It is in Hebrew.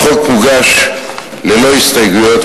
החוק הוגש ללא הסתייגויות,